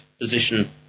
position